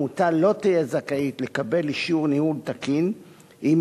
עמותה לא תהיה זכאית לקבל אישור ניהול תקין אם